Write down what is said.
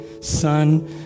Son